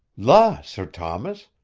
la! sir thomas.